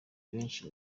benshi